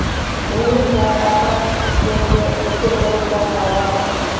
भूमि को मैपल के लिए ऊंचे तरीका काया है?